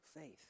faith